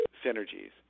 synergies